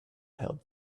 held